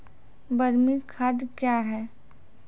बरमी खाद कया हैं?